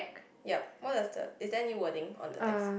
yup what does the is there any wording on the text